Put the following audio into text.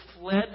fled